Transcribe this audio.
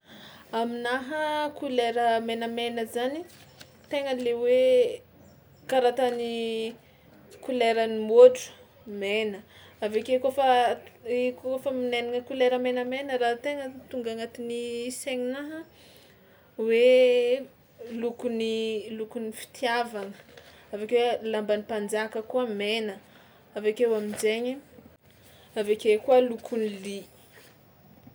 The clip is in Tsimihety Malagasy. Aminaha kolera menamena zany tegna le hoe karaha tany koleran'ny môtro mena, avy ake kaofa i- kaofa minainagna kolera menamena raha tegna tonga agnatin'ny saigninaha hoe lokon'ny lokon'ny fitiavana, avy akeo lamban'ny mpanjaka koa mena; avy akeo amin-jaigny avy ake koa lokon'ny lia.